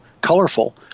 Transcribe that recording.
colorful